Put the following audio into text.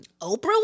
Oprah